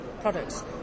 products